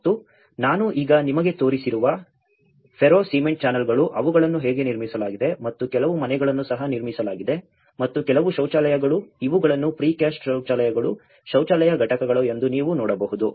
ಮತ್ತು ನಾನು ಈಗ ನಿಮಗೆ ತೋರಿಸಿರುವ ಫೆರೋ ಸಿಮೆಂಟ್ ಚಾನೆಲ್ಗಳು ಅವುಗಳನ್ನು ಹೇಗೆ ನಿರ್ಮಿಸಲಾಗಿದೆ ಮತ್ತು ಕೆಲವು ಮನೆಗಳನ್ನು ಸಹ ನಿರ್ಮಿಸಲಾಗಿದೆ ಮತ್ತು ಕೆಲವು ಶೌಚಾಲಯಗಳು ಇವುಗಳನ್ನು ಪ್ರಿಕಾಸ್ಟ್ ಶೌಚಾಲಯಗಳು ಶೌಚಾಲಯ ಘಟಕಗಳು ಎಂದು ನೀವು ನೋಡಬಹುದು